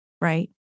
right